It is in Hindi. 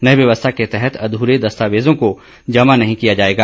नई व्यवस्था के तहत अध्रे दस्तावेजों को जमा ही नहीं किया जाएगा